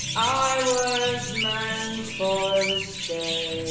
i was man for the state.